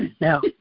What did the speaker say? Now